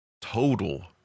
total